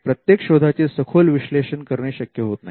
प्रत्येक शोधा चे सखोल विश्लेषण करणे शक्य होत नाही